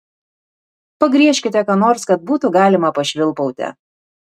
pagriežkite ką nors kad būtų galima pašvilpauti